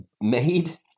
made